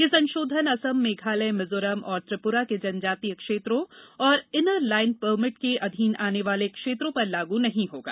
यह संशोधन असम मेघालय मिजोरम और त्रिपुरा के जनजातीय क्षेत्रों और इनर लाइन परमिट के अधीन आने वाले क्षेत्रों पर लागू नहीं होगा